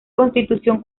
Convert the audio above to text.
constitución